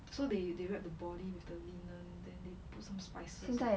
so they they wrap the body with the linen and they put some spices